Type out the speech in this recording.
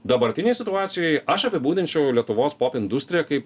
dabartinėj situacijoj aš apibūdinčiau lietuvos pop industriją kaip